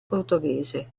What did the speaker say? portoghese